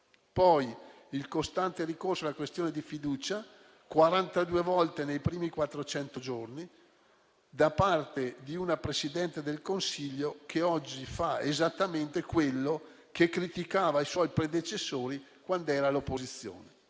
poi il costante ricorso alla questione di fiducia: 42 volte nei primi 400 giorni, da parte di una Presidente del Consiglio che oggi fa esattamente quello che criticava ai suoi predecessori quando era all'opposizione.